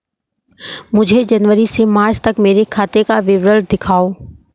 मुझे जनवरी से मार्च तक मेरे खाते का विवरण दिखाओ?